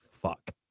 fuck